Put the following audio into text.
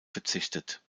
verzichtet